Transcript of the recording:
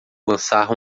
lançar